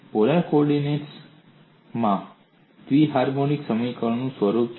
polar કોઓર્ડિનેટ્સમાં દ્વિ harmonic સમીકરણનું સ્વરૂપ શું છે